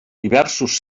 diversos